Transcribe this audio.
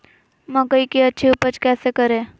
मकई की अच्छी उपज कैसे करे?